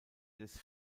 des